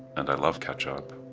and i love ketchup.